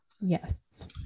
Yes